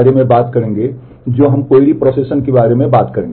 बारे में बात करेंगे